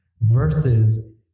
versus